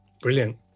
Brilliant